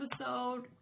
episode